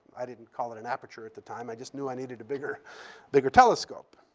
i didn't call it an aperture at the time. i just knew i needed a bigger bigger telescope.